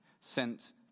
sent